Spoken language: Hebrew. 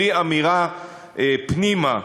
בלי אמירה פנימה,